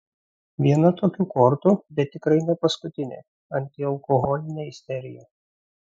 viena tokių kortų bet tikrai ne paskutinė antialkoholinė isterija